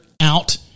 out